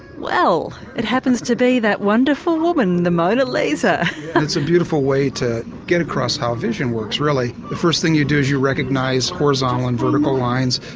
it happens to be that wonderful woman the mona lisa. it's a beautiful way to get across how vision works really. the first thing you do is you recognise horizontal and vertical lines,